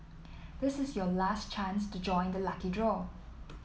this is your last chance to join the lucky draw